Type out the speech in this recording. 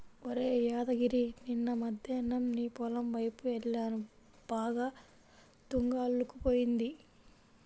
ఒరేయ్ యాదగిరి నిన్న మద్దేన్నం నీ పొలం వైపు యెల్లాను బాగా తుంగ అల్లుకుపోయింది